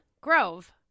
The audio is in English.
grove